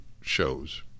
shows